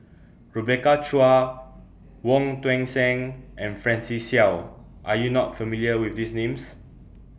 Rebecca Chua Wong Tuang Seng and Francis Seow Are YOU not familiar with These Names